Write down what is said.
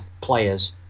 players